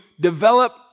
develop